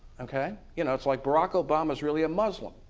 okay. you know, it's like barack obama is really a muslim,